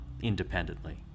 independently